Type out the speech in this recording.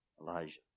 Elijah